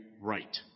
right